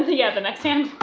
yeah, the next hand.